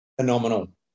Phenomenal